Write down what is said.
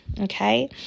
okay